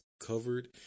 Covered